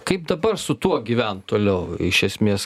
kaip dabar su tuo gyvent toliau iš esmės